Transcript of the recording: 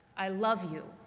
i love you,